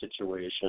situation